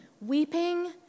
Weeping